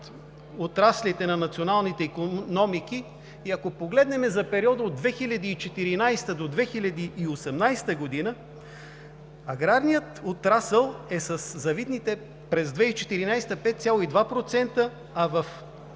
отраслите на националните икономики, и ако погледнете за периода от 2014 до 2018 г., аграрният отрасъл е със завидните през 2014 г. 5,2%, а в